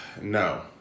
No